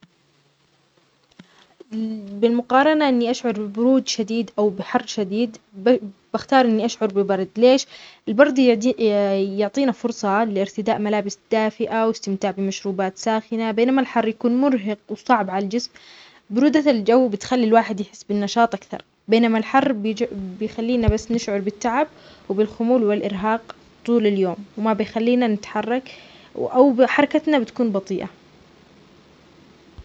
بالمقارنة إني أشعر ببرد شديد أو بحر شديد، أختار أن أشعر بالبرد، ليش؟ البرد يعطينا فرصة لإرتداء ملابس دافئة وأستمتع بمشروبات ساخنة بينما الحر يكون مرهق وصعب على الجسم، برودة الجو بتخلي الواحد يحس بالنشاط أكثر، بينما الحر يجعلنا نشعر بالتعب وبالخمول والإرهاق طول اليوم وما بيخلينا نتحرك أو حركتنا بتكون بطيئة.